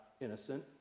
innocent